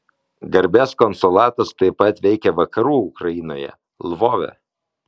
garbės konsulatas taip pat veikia vakarų ukrainoje lvove